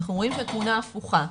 אנחנו רואים שהתמונה הפוכה.